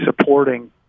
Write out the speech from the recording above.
supporting